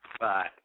Bye